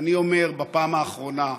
אני אומר בפעם האחרונה: